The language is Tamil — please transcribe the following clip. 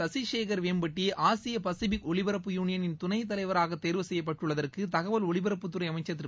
சசிசேகர் வேம்பட்டி ஆசிய பசுபிக் ஒலிபரப்பு யூனியனின் துணைத் தலைவராக தேர்வு செய்யப்பட்டுள்ளதற்கு தகவல் ஒலிபரப்புத்துறை அமைச்சர் திரு